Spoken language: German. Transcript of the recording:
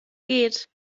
geht